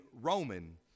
Roman